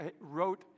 wrote